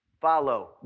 Follow